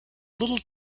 little